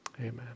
Amen